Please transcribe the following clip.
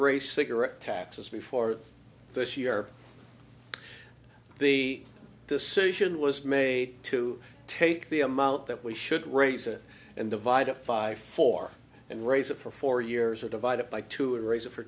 a cigarette taxes before this year the decision was made to take the amount that we should raise it and divide a five four and raise it for four years or divide it by two and raise it for